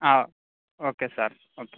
okay sir okay